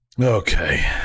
Okay